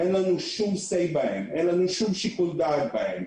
אין לנו שום אמירה או שיקול דעת בהן.